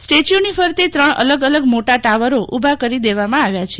સ્ટેચ્યુની ફરતે ત્રણ અલગ અલગ મોટા ટાવરો ઊભા કરી દેવામા આવ્યા છે